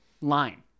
line